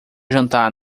jantar